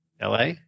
LA